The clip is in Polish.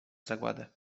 zagładę